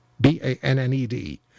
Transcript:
B-A-N-N-E-D